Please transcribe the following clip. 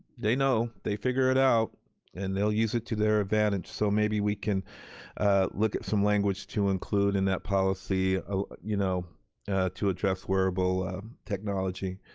they know, they figure it out and they'll use it to their advantage, so maybe we can look at some language to include in that policy ah you know to address wearable technology.